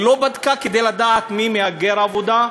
היא לא בדקה כדי לדעת מי מהגר עבודה,